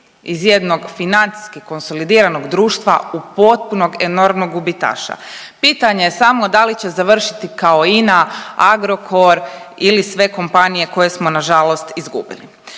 iz jednog financijski konsolidiranog društva u potpunog enormnog gubitaša. Pitanje je samo da li će završiti kao INA, Agrokor ili sve kompanije koje smo na žalost izgubili.